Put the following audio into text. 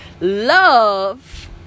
love